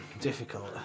difficult